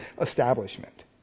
establishment